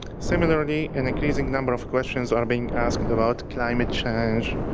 similarly, an increasing number of questions are being asked about climate change,